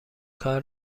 کار